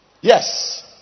Yes